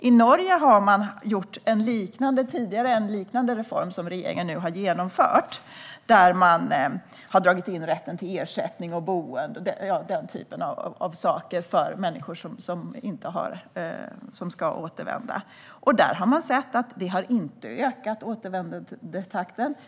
I Norge har man tidigare gjort en liknande reform som den regeringen nu har genomfört; man har dragit in rätten till ersättning, boende med mera för människor som ska återvända. Där har man sett att det inte har ökat återvändandetakten.